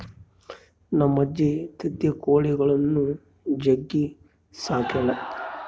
ನಮ್ಮಜ್ಜಿ ತತ್ತಿ ಕೊಳಿಗುಳ್ನ ಜಗ್ಗಿ ಸಾಕ್ಯಳ